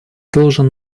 должен